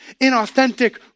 inauthentic